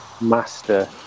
master